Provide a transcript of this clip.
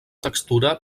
textura